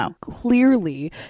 clearly